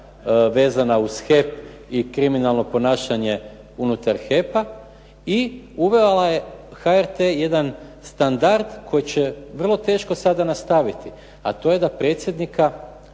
vezana uz HEP i kriminalno ponašanje unutar HEP-a i uvela je HRT jedan standard koji će vrlo teško sada nastaviti, a to je da predsjednika jedne